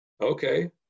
Okay